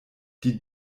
die